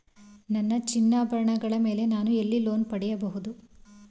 ನನ್ನ ಚಿನ್ನಾಭರಣಗಳ ಮೇಲೆ ನಾನು ಎಲ್ಲಿ ಲೋನ್ ಪಡೆಯಬಹುದು?